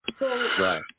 right